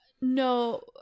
no